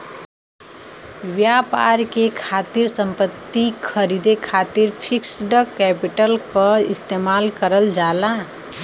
व्यापार के खातिर संपत्ति खरीदे खातिर फिक्स्ड कैपिटल क इस्तेमाल करल जाला